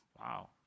Wow